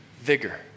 vigor